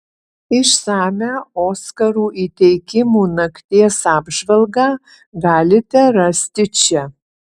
išsamią oskarų įteikimų nakties apžvalgą galite rasti čia